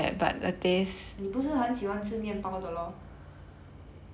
你不是很喜欢吃面包的 loh